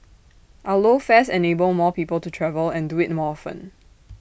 our low fares enable more people to travel and do IT more often